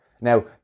Now